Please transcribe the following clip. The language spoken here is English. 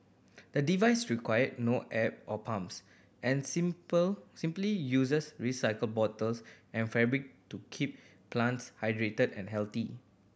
the device require no app or pumps and simple simply uses recycled bottles and fabric to keep plants hydrated and healthy